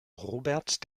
robert